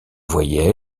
voyelles